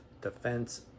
defense